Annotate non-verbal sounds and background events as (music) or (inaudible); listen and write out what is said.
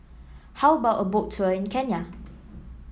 how about a Boat Tour in Kenya (noise)